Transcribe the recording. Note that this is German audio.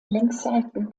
längsseiten